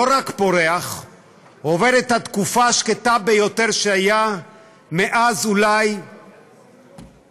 לא רק פורח אלא עובר את התקופה השקטה ביותר שהייתה אולי מאז